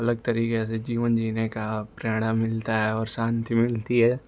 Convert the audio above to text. अलग तरह के जीवन जीने की प्रेरणा मिलती है शान्ति मिलती है